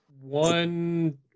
One